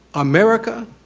america